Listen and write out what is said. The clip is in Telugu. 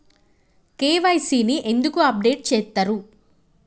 కే.వై.సీ ని ఎందుకు అప్డేట్ చేత్తరు?